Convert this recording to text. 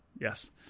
Yes